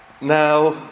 Now